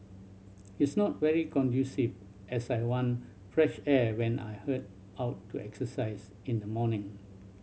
it's not very conducive as I want fresh air when I head out to exercise in the morning